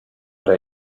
para